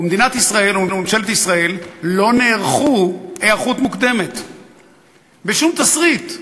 ומדינת ישראל וממשלת ישראל לא נערכו היערכות מוקדמת לשום תסריט,